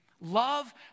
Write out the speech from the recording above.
Love